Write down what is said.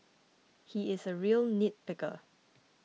he is a real nitpicker